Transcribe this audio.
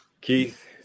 Keith